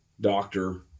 doctor